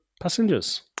passengers